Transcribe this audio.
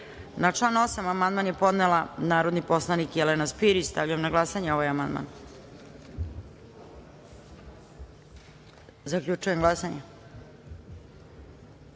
član 8. amandman je podnela narodni poslanik Jelena Spirić. Stavljam na glasanje ovaj amandman. Zaključujem glasanje: